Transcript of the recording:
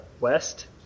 West